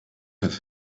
has